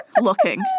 looking